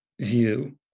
view